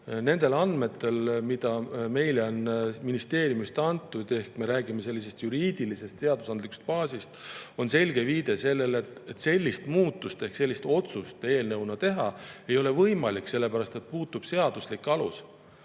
Nende andmete alusel, mida meile on ministeeriumist antud – me räägime juriidilisest, seadusandlikust baasist –, on selge viide sellele, et sellist muutust ehk sellist otsust selle eelnõuga teha ei ole võimalik, sellepärast et puudub seaduslik alus.